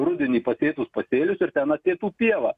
rudenį pasėtus pasėlius ir ten ateitų pieva